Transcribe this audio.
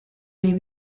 may